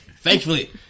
Thankfully